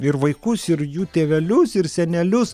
ir vaikus ir jų tėvelius ir senelius